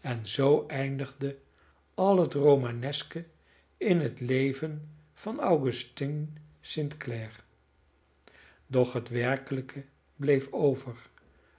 en zoo eindigde al het romaneske in het leven van augustine st clare doch het werkelijke bleef over